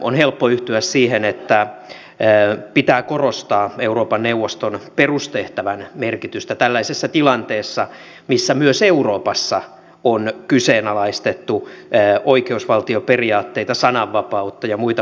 on helppo yhtyä siihen että pitää korostaa euroopan neuvoston perustehtävän merkitystä tällaisessa tilanteessa missä myös euroopassa on kyseenalaistettu oikeusvaltioperiaatteita sananvapautta ja muita perusarvoja